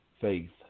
Faith